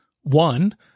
One